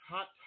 Hot